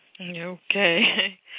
Okay